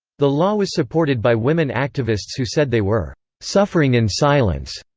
the law was supported by women activists who said they were suffering in silence.